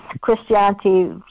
Christianity